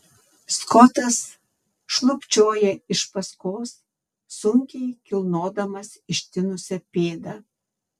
skotas šlubčioja iš paskos sunkiai kilnodamas ištinusią pėdą